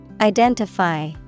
Identify